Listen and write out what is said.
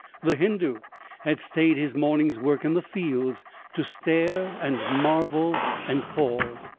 the hindoo had stayed his morning's work in the fields to stare and marvel and fall,